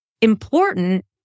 important